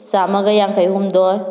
ꯆꯥꯝꯃꯒ ꯌꯥꯡꯈꯩ ꯍꯨꯝꯗꯣꯏ